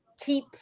Keep